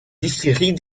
distilleries